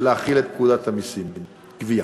להחיל את פקודת המסים (גבייה).